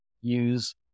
use